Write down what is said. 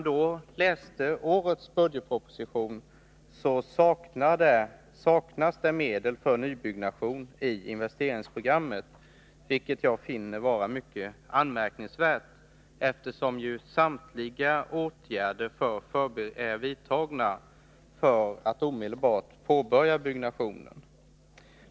I årets budgetproposition saknas emellertid medel för nybyggnation enligt investeringsprogrammet, vilket jag finner mycket anmärkningsvärt, eftersom samtliga åtgärder är vidtagna för att omedelbart påbörja byggnationen.